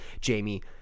Jamie